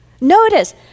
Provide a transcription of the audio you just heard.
Notice